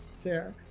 Sarah